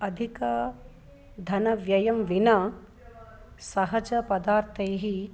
अधिकं धनव्ययं विना सहजपदार्थैः